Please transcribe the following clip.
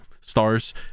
stars